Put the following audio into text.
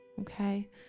okay